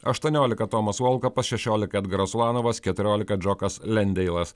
aštuoniolika tomas volkapas šešiolika edgaras ivanovas keturiolika džokas lendeilas